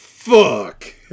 Fuck